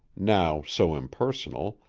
now so impersonal,